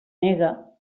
nega